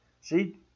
See